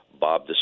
Bob